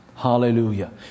Hallelujah